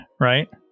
right